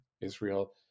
israel